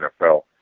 NFL